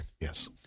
Yes